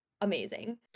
amazing